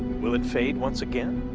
will it fade once again?